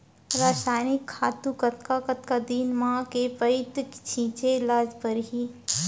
रसायनिक खातू कतका कतका दिन म, के पइत छिंचे ल परहि?